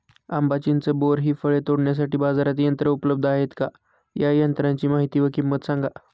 आंबा, चिंच, बोर हि फळे तोडण्यासाठी बाजारात यंत्र उपलब्ध आहेत का? या यंत्रांची माहिती व किंमत सांगा?